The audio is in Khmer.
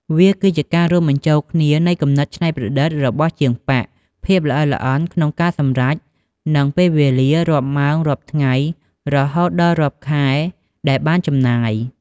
វាគឺជាការរួមបញ្ចូលគ្នានៃ គំនិតច្នៃប្រឌិត របស់ជាងប៉ាក់ ភាព ល្អិតល្អន់ ក្នុងការសម្រេច និង ពេលវេលា រាប់ម៉ោង រាប់ថ្ងៃ រហូតដល់រាប់ខែដែលបានចំណាយ។